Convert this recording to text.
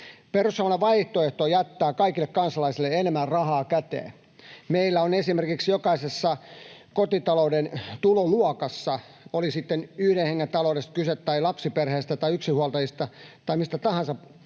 Perussuomalainen vaihtoehto jättää kaikille kansalaisille enemmän rahaa käteen. Meillä esimerkiksi jokaisessa kotitalouden tuloluokassa — oli sitten yhden hengen taloudesta kyse tai lapsiperheestä tai yksinhuoltajista tai mistä tahansa, parittomista